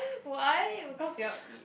why because you're you~